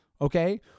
okay